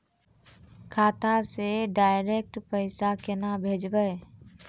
खाता से डायरेक्ट पैसा केना भेजबै?